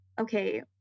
okay